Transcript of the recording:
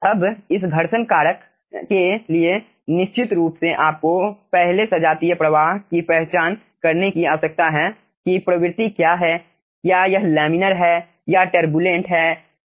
अब इस घर्षण कारक के लिए निश्चित रूप से आपको पहले सजातीय प्रवाह की पहचान करने की आवश्यकता है की प्रवृत्ति क्या है क्या यह लैमिनार है या तुर्बुलेंट है